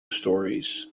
storeys